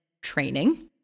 training